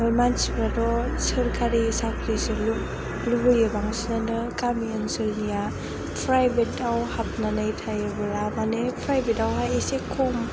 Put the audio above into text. आरो मानसिफोराथ' सोरखारि साख्रिसो लुबैयो बांसिनानो गामि ओनसोलनिया प्राइभेटआव हाबनानै थायोब्ला माने प्राइभेटआवहाय एसे खम